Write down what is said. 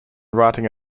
writing